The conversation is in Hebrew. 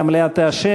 במידה שהמליאה תאשר,